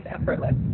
effortless